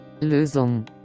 Lösung